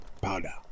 powder